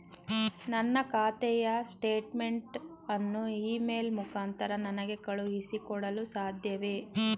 ನನ್ನ ಖಾತೆಯ ಸ್ಟೇಟ್ಮೆಂಟ್ ಅನ್ನು ಇ ಮೇಲ್ ಮುಖಾಂತರ ನನಗೆ ಕಳುಹಿಸಿ ಕೊಡಲು ಸಾಧ್ಯವೇ?